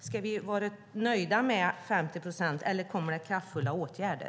Ska vi vara nöjda med 50 procent, eller kommer det kraftfulla åtgärder?